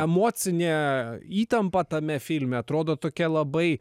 emocinė įtampa tame filme atrodo tokia labai